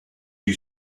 you